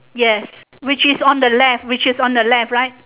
yes which is on the left which is on the left right